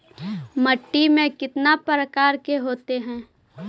माटी में कितना प्रकार के होते हैं?